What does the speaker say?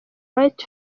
wright